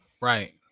Right